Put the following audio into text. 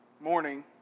morning